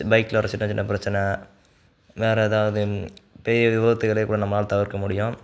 பைக்கில் வர சின்ன சின்ன பிரச்சனை வேறு ஏதாவது பெரிய விபத்துகளை கூட நம்மளால் தவிர்க்க முடியும்